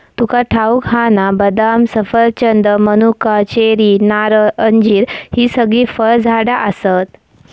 तुका ठाऊक हा ना, बदाम, सफरचंद, मनुका, चेरी, नारळ, अंजीर हि सगळी फळझाडा आसत